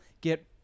get